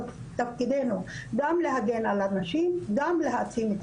תפקידנו גם להגן על הנשים, גם להעצים את